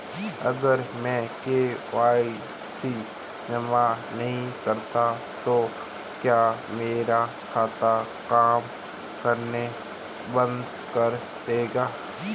अगर मैं के.वाई.सी जमा नहीं करता तो क्या मेरा खाता काम करना बंद कर देगा?